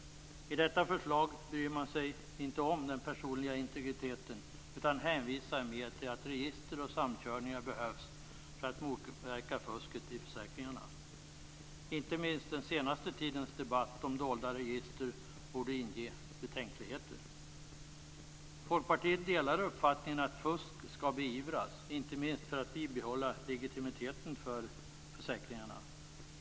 I detta förslag bryr man sig inte om den personliga integriteten, utan man hänvisar mer till att register och samkörningar behövs för att motverka fusket i försäkringarna. Inte minst den senaste tidens debatt om dolda register borde inge betänkligheter. Folkpartiet delar uppfattningen att fusk skall beivras - inte minst för att bibehålla legitimiteten för försäkringarna.